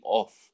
off